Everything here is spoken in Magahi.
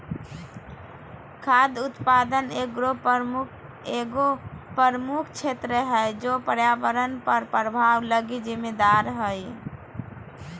खाद्य उत्पादन एगो प्रमुख क्षेत्र है जे पर्यावरण पर प्रभाव लगी जिम्मेदार हइ